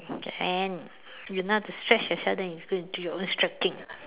can you know how to stretch yourself then you go and do your own stretching ah